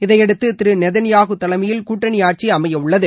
இதையடுத்து திரு நேதன்யாகு தலைமையில் கூட்டணி ஆட்சி அமைய உள்ளது